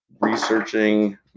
researching